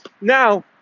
Now